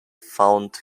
found